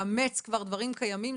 לאמץ דברים קיימים,